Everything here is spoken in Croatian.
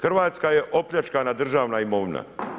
Hrvatska je opljačkana državna imovina.